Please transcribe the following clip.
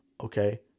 okay